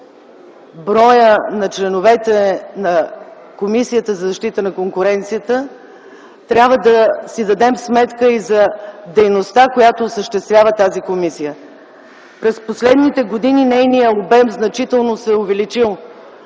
броя на членовете на Комисията за защита на конкуренцията, трябва да си дадем сметка и за дейността, която осъществява тази комисия. През последните години нейният обем значително се е увеличил.